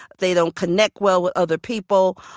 they don't connect well with other people.